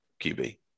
QB